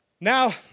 Now